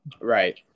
Right